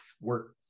work